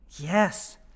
Yes